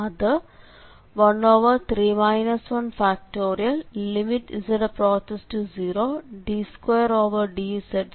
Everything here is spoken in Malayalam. അത് 13 1